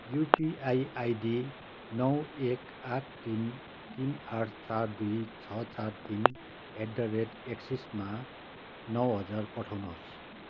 UPI ID नौ एक आठ तिन तिन आठ चार दुई छ चार तिन एट द रेट एक्सिसमा नौ हजार पठाउनुहोस्